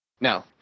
No